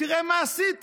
תראה מה עשית.